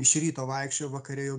iš ryto vaikščiojo vakare jau